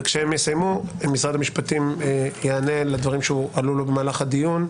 וכשהם יסיימו משרד המשפטים יענה לדברים שעלו במהלך הדיון.